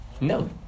No